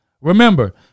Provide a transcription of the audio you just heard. Remember